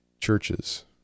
churches